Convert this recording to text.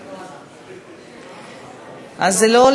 לפרוטוקול,